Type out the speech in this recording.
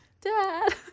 Dad